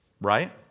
Right